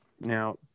Now